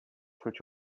switch